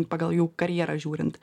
pagal jų karjerą žiūrint